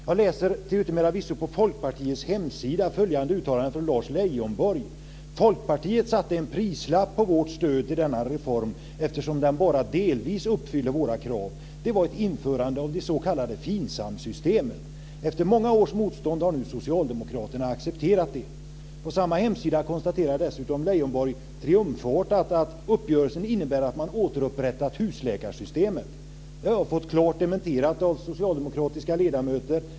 Jag läser till yttermera visso på Folkpartiets hemsida följande uttalande från Lars Leijonborg: "Folkpartiet satte en prislapp på vårt stöd till denna reform, eftersom den bara delvis uppfyller våra krav. Det var ett införande av det så kallade Finsamsystemet. Efter många års motstånd har nu socialdemokraterna accepterat det." På samma hemsida konstaterar dessutom Leijonborg triumfartat att uppgörelsen innebär att man återupprättar husläkarsystemet. Det har jag fått klart dementerat av socialdemokratiska ledamöter.